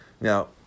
Now